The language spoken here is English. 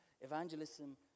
Evangelism